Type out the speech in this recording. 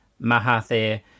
Mahathir